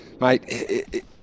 Mate